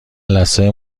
لثه